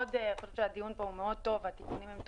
חושבת שהדיון פה הוא מאוד טוב והתיקונים הם טובים.